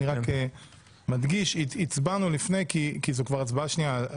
אני רק מדגיש שהצבענו לפני כי זו כבר הצבעה שנייה.